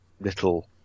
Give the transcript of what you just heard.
little